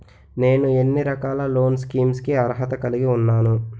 నేను ఎన్ని రకాల లోన్ స్కీమ్స్ కి అర్హత కలిగి ఉన్నాను?